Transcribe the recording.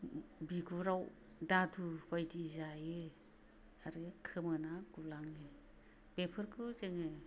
बिगुरआव दादु बायदि जायो आरो खोमोनआ गुलाङो बेफोरखौ जोङो